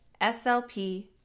SLP